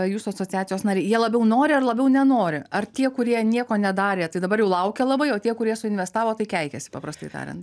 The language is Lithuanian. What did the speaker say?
jūsų asociacijos nariai jie labiau nori ar labiau nenori ar tie kurie nieko nedarė tai dabar jau laukia labai o tie kurie suinvestavo tai keikiasi paprastai tariant